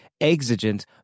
exigent